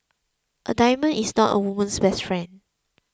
a diamond is not a woman's best friend